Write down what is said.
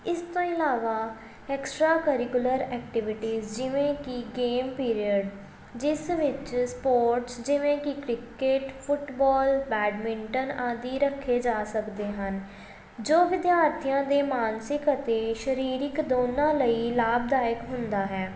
ਇਸ ਤੋਂ ਇਲਾਵਾ ਐਕਸਟਰਾ ਕਰੀਕੁਲਰ ਐਕਟੀਵਿਟੀਸ ਜਿਵੇਂ ਕਿ ਗੇਮ ਪੀਰੀਅਡ ਜਿਸ ਵਿੱਚ ਸਪੋਰਟਸ ਜਿਵੇਂ ਕਿ ਕ੍ਰਿਕੇਟ ਫੁੱਟਬੋਲ ਬੈਡਮਿੰਟਨ ਆਦਿ ਰੱਖੇ ਜਾ ਸਕਦੇ ਹਨ ਜੋ ਵਿਦਿਆਰਥੀਆਂ ਦੇ ਮਾਨਸਿਕ ਅਤੇ ਸਰੀਰਕ ਦੋਨਾਂ ਲਈ ਲਾਭਦਾਇਕ ਹੁੰਦਾ ਹੈ